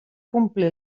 complir